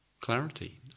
clarity